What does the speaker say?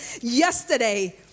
yesterday